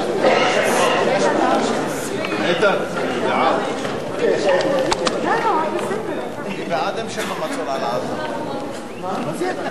בל"ד רע"ם-תע"ל חד"ש להביע אי-אמון בממשלה לא נתקבלה.